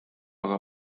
aga